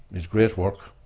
his great work,